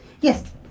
yes